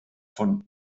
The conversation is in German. von